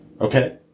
okay